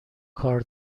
کار